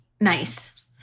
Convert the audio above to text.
Nice